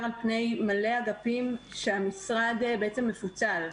על פני הרבה אגפים כשהמשרד בעצם מפוצל.